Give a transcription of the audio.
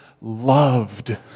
loved